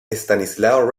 estanislao